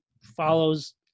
follows